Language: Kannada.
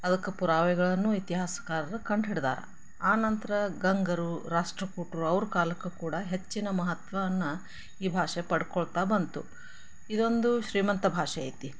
ಅದಕ್ಕೆ ಪುರಾವೆಗಳನ್ನೂ ಇತಿಹಾಸಕಾರರು ಕಂಡು ಹಿಡಿದಾರ ಆನಂತರ ಗಂಗರು ರಾಷ್ಟ್ರಕೂಟ್ರು ಅವ್ರ ಕಾಲಕ್ಕೂ ಕೂಡ ಹೆಚ್ಚಿನ ಮಹತ್ವವನ್ನು ಈ ಭಾಷೆ ಪಡ್ಕೊಳ್ತಾ ಬಂತು ಇದೊಂದು ಶ್ರೀಮಂತ ಭಾಷೆ ಐತಿ